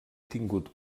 tingut